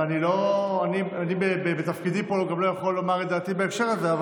אני בתפקידי פה גם לא יכול לומר את דעתי בהקשר הזה,